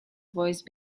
voice